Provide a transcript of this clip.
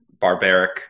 barbaric